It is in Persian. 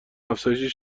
افزایشی